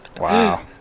Wow